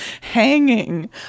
hanging